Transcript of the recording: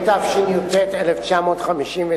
התשי"ט 1959,